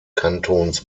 kantons